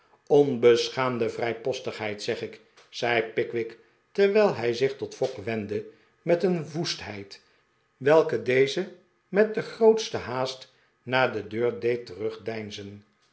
onbeschaamde yrijpostigheid zeg ik zei pickwick terwijl hij zich tot fogg wendde met een woestheid welke dezen heer met de grootste haast naar de deur deed terugdeinzen